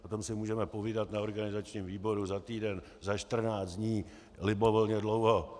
O tom si můžeme povídat na organizačním výboru za týden, za 14 dní libovolně dlouho.